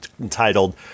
entitled